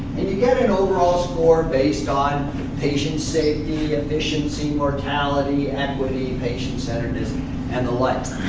and you get an overall score based on patient safety and patient mortality, equity, patient centeredness and the like.